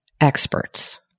experts